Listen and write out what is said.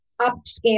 upscale